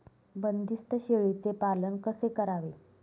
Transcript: बंदिस्त शेळीचे पालन कसे करावे?